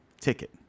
ticket